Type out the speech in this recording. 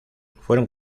fueron